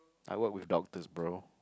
I work with doctors bro